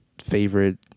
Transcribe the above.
favorite